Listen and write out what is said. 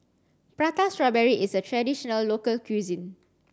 Prata strawberry is a traditional local cuisine